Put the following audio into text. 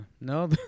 No